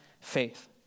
faith